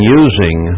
using